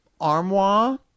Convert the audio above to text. armoire